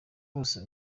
bose